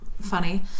funny